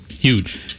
Huge